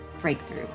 breakthrough